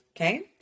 Okay